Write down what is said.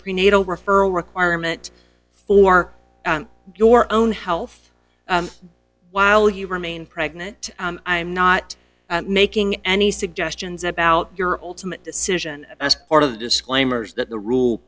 prenatal referral requirement for your own health while you remain pregnant i'm not making any suggestions about your ultimate decision as part of the disclaimers that the rule